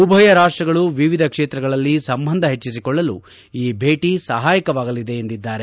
ಉಭಯ ರಾಷ್ಟಗಳು ವಿವಿಧ ಕ್ಷೇತ್ರಗಳಲ್ಲಿ ಸಂಬಂಧ ಹೆಚ್ಚಿಸಿಕೊಳ್ಳಲು ಈ ಭೇಟ ಸಹಾಯಕವಾಗಲಿದೆ ಎಂದಿದ್ದಾರೆ